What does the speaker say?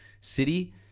city